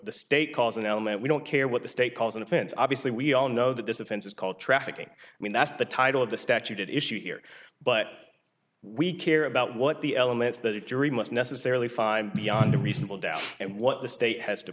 the state calls an element we don't care what the state calls an offense obviously we all know that this offense is called trafficking i mean that's the title of the statute at issue here but we care about what the elements that jury must necessarily find beyond a reasonable doubt and what the state has to